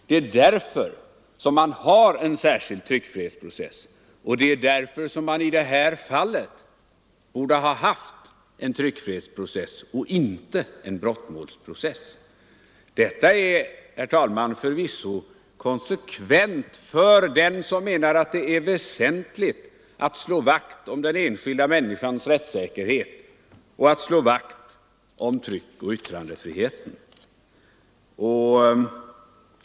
Det är därför som det finns en särskild tryckfrihetsprocess, och det är därför som man i det här fallet borde ha haft en tryckfrihetsprocess och inte en brottmålsprocess. Detta, herr talman, är förvisso konsekvent hävdat av den som menar att det är väsentligt att slå vakt om den enskilda människans rättssäkerhet och skydda tryckoch yttrandefriheten.